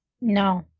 No